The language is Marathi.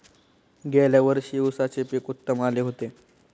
गेल्या वर्षी उसाचे पीक उत्तम आले होते